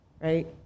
Right